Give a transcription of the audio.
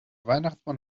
weihnachtsmann